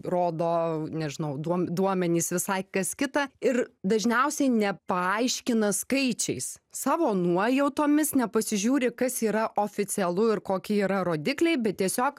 rodo nežinau duom duomenys visai kas kita ir dažniausiai nepaaiškina skaičiais savo nuojautomis nepasižiūri kas yra oficialu ir kokie yra rodikliai bet tiesiog